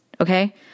Okay